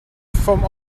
from